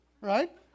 right